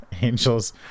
Angels